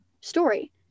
story